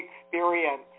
experience